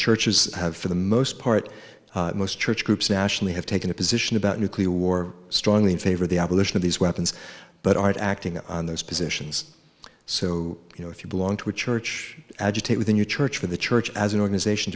churches have for the most part most church groups nationally have taken a position about nuclear war strongly in favor of the abolition of these weapons but aren't acting on those positions so you know if you belong to a church agitate within your church for the church as an organization